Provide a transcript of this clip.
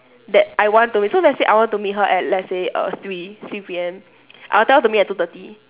that I want to meet so let's say I want to meet her at let's say err three three P_M I'll tell her to meet at two thirty